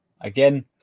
Again